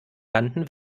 landen